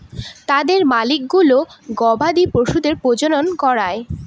তাদের মালিকগুলো গবাদি পশুদের প্রজনন করায়